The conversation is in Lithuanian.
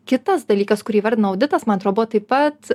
kitas dalykas kurį įvardino auditas man atrodo taip pat